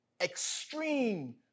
extreme